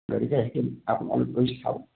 গতিকে সেইখিনি আপোনালোকে গৈ চাওক